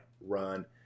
run